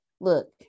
Look